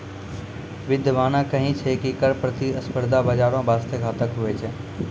बिद्यबाने कही छै की कर प्रतिस्पर्धा बाजारो बासते घातक हुवै छै